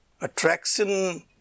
Attraction